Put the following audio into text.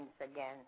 again